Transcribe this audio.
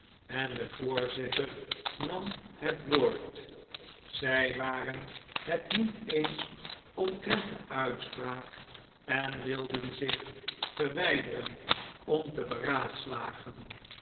en de voorzitter nam het woord zij waren het niet eens omtrent de uitspraak en wilden zich verwjjderen om te beraadslagen